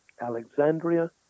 Alexandria